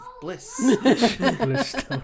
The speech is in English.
bliss